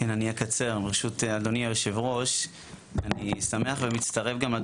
זה משהו שאני מרגיש שאני צריך להביא לכאן את